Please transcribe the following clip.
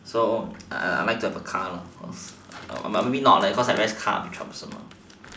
so I like to have a car right cause but maybe not cause car will be troublesome